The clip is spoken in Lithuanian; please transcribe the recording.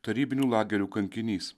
tarybinių lagerių kankinys